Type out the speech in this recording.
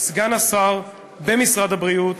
סגן שר במשרד הבריאות,